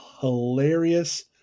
hilarious